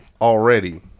already